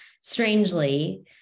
strangely